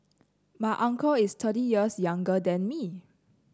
my uncle is thirty years younger than me